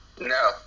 No